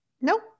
Nope